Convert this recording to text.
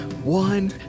One